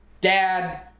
dad